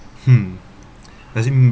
mm does in